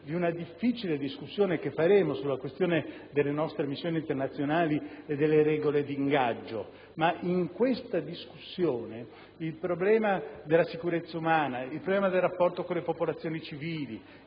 della difficile discussione sulla questione delle nostre missioni internazionali e delle regole di ingaggio, ma in questa discussione il problema della sicurezza umana e del rapporto con le popolazioni civili,